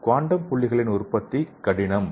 quantum புள்ளிகளின் உற்பத்தி கடினம்